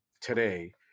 today